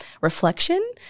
reflection